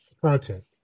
content